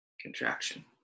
contraction